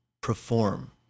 perform